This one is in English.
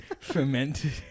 Fermented